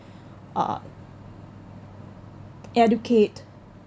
uh educate